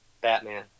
Batman